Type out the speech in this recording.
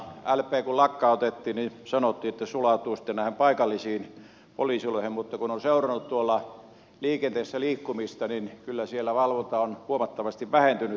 lp kun lakkautettiin niin sanottiin että se sulautuu sitten näihin paikallisiin poliisiloihin mutta kun on seurannut tuolla liikenteessä liikkumista niin kyllä siellä valvonta on huomattavasti vähentynyt